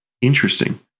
Interesting